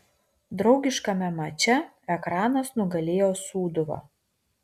draugiškame mače ekranas nugalėjo sūduvą